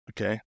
okay